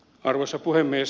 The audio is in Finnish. arvoisa puhemies